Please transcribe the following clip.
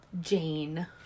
Jane